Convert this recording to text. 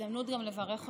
הזדמנות גם לברך אותך,